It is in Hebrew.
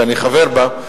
שאני חבר בה.